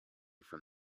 from